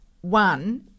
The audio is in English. one